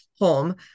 home